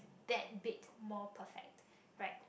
that bit more perfect right